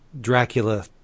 Dracula